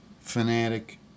fanatic